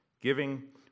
Giving